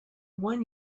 one